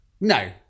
No